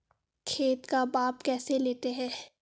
खेत का माप कैसे लेते हैं?